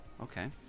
Okay